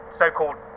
so-called